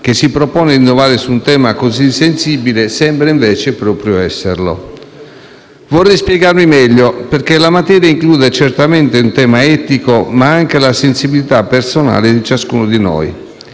che si propone di innovare su un tema così sensibile, sembra invece esserlo. Vorrei spiegarmi meglio perché la materia include certamente un tema etico, ma anche la sensibilità personale di ciascuno di noi.